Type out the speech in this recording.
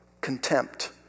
contempt